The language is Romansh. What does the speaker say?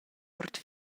ord